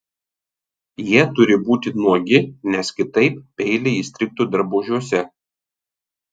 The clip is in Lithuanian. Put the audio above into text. jie turi būti nuogi nes kitaip peiliai įstrigtų drabužiuose